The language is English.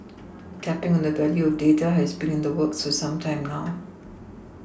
tapPing on the value of data has been in the works for some time now